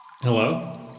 Hello